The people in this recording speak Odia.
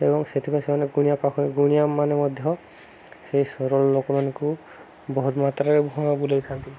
ଏବଂ ସେଥିପାଇଁ ସେମାନେ ଗୁଣିଆ ପାଖରେ ଗୁଣିଆ ମାନେ ମଧ୍ୟ ସେଇ ସରଳ ଲୋକମାନଙ୍କୁ ବହୁତ ମାତ୍ରାରେ ଭୁଆଁ ବୁଲେଇଥାନ୍ତି